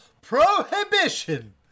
Prohibition